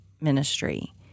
ministry